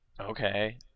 Okay